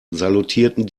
salutierten